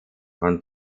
von